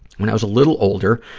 when i was a little older,